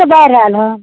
फेर बाढ़ि आएल हँ